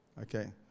Okay